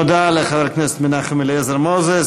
תודה לחבר הכנסת מנחם אליעזר מוזס.